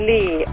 Lee